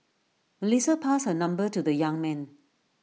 Melissa passed her number to the young man